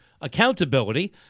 accountability